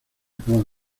acaban